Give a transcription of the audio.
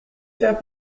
faire